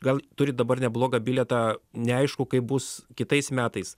gal turi dabar neblogą bilietą neaišku kaip bus kitais metais